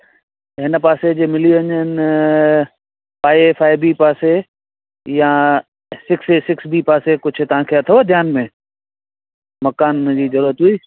इन पासे जी मिली वञनि फ़ाए ए फ़ाए बी पासे या सिक्स ए सिक्स बी पासे कुझु तव्हांखे अथव ध्यान में मकाननि जी ज़रूरत हुई